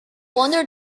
wonder